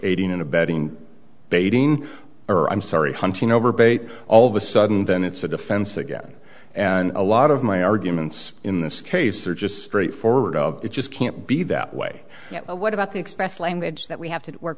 aiding and abetting baiting or i'm sorry hunting over bait all of a sudden then it's a defense again and a lot of my arguments in this case are just straight forward of it just can't be that way what about the express language that we have to work